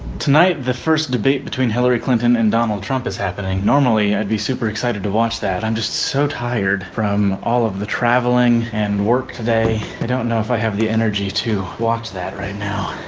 tonight the first debate between hillary clinton and donald trump is happening. normally i'd be super excited to watch that i'm just so tired from all of the traveling and work today. i don't know if i have the energy to watch that right now.